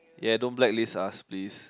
ya don't blacklist us please